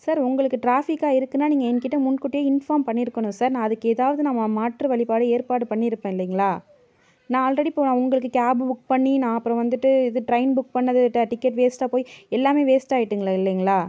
sir உங்களுக்கு ட்ராஃபிக்காக இருக்குன்னா நீங்கள் என்கிட்ட முன்கூட்டியே இன்ஃபார்ம் பண்ணிருக்கணும் சார் நான் அதுக்கு எதாவது நான் மாற்று வழிபாடு ஏற்பாடு பண்ணிருப்பேன் இல்லைங்களா நான் ஆல்ரெடி இப்போ உங்களுக்கு கேபு புக் பண்ணி நான் அப்புறம் வந்துவிட்டு இது ட்ரெயின் புக் பண்ணது டே டிக்கெட் வேஸ்ட்டாக போய் எல்லாமே வேஸ்ட்டு ஆயிட்டுங்களே இல்லைங்களா